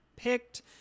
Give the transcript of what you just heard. Picked